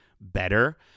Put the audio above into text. better